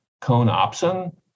cone-opsin